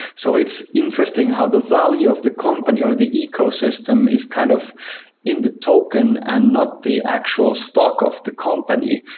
so it's interesting how the value of the company or the ecosystem is kind of in the token and not the actual stock of the company,